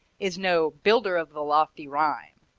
is no builder of the lofty rhyme,